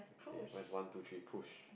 okay what is one two three push